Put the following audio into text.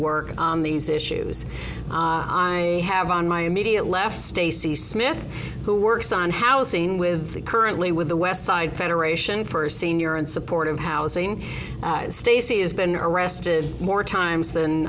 work on these issues i have on my immediate left stacy smith who works on housing with the currently with the westside federation for senior and supportive housing stacey has been arrested more times than